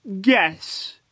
guess